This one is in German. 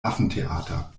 affentheater